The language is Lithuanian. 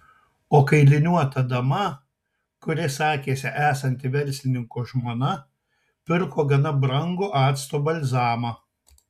o kailiniuota dama kuri sakėsi esanti verslininko žmona pirko gana brangų acto balzamą